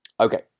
okay